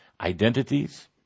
identities